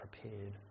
prepared